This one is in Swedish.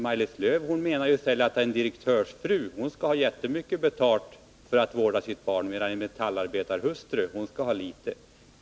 Maj-Lis Lööw menar att en direktörsfru skall ha en mycket hög ersättning för att vårda sitt barn medan en metallarbetarhustru skall ha litet.